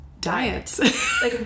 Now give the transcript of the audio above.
diets